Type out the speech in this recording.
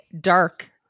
dark